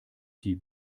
die